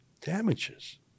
damages